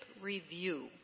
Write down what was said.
review